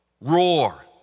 Roar